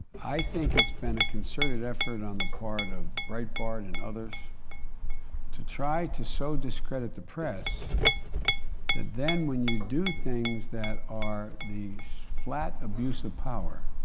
i think it's been a concerted effort on the part of breitbart and others to try to so discredit the press that then when you do things that are the flat abuse of power